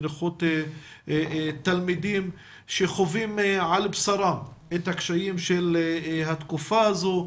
בנוכחות תלמידים שחווים על בשרם את הקשיים של התקופה הזו.